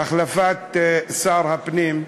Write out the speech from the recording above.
החלפת שר הפנים,